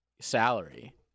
salary